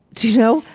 do you know?